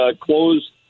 closed –